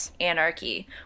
anarchy